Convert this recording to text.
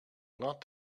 not